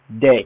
day